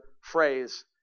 phrase